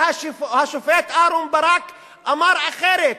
והשופט אהרן ברק אמר אחרת.